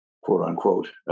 quote-unquote